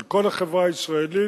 של כל החברה הישראלית,